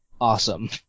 Awesome